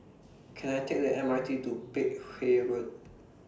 Can I Take The M R T to Peck Hay Road